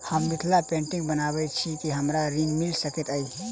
हम मिथिला पेंटिग बनाबैत छी की हमरा ऋण मिल सकैत अई?